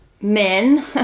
men